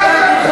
לא.